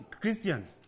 Christians